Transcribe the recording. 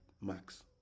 max